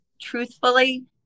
truthfully